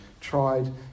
tried